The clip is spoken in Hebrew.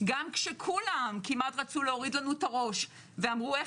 גם כשכולם כמעט רצו להוריד לנו את הראש ואמרו: איך